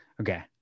Okay